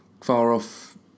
far-off